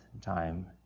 time